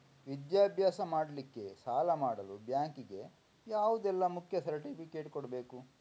ವಿದ್ಯಾಭ್ಯಾಸ ಮಾಡ್ಲಿಕ್ಕೆ ಸಾಲ ಮಾಡಲು ಬ್ಯಾಂಕ್ ಗೆ ಯಾವುದೆಲ್ಲ ಮುಖ್ಯ ಸರ್ಟಿಫಿಕೇಟ್ ಕೊಡ್ಬೇಕು?